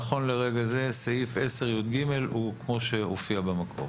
נכון לרגע זה סעיף 10יג הוא כפי שהופיע במקור.